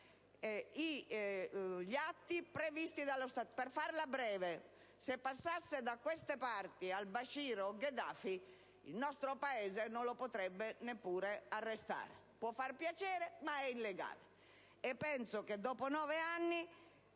gli atti previsti dallo statuto della Corte. Per farla breve: se passassero da queste parti Al Bashir o Gheddafi, il nostro Paese non li potrebbe neppure arrestare. Può far piacere, ma è illegale. Dopo nove anni,